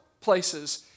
places